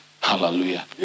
Hallelujah